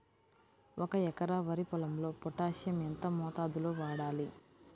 ఒక ఎకరా వరి పొలంలో పోటాషియం ఎంత మోతాదులో వాడాలి?